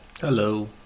Hello